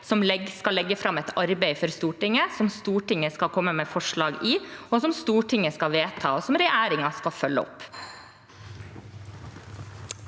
som skal legge fram et arbeid for Stortinget som Stortinget skal komme med forslag til, som Stortinget skal vedta, og som regjeringen skal følge opp.